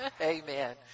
Amen